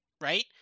right